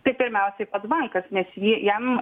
tai pirmiausiai pats bankas nes jį jam